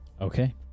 Okay